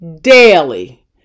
daily